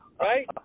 right